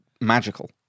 magical